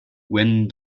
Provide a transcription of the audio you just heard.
when